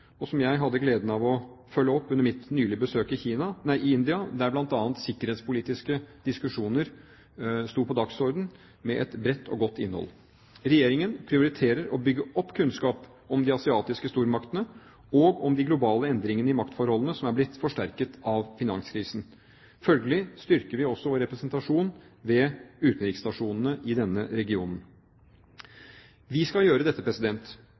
og som jeg hadde gleden av å følge opp under mitt nylige besøk i India, der bl.a. sikkerhetspolitiske diskusjoner sto på dagsordenen, med et bredt og godt innhold. Regjeringen prioriterer å bygge opp kunnskap om de asiatiske stormaktene og om de globale endringene i maktforholdene som er blitt forsterket av finanskrisen. Følgelig styrker vi også vår representasjon ved utenriksstasjonene i denne regionen. Vi skal også gjøre dette